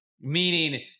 Meaning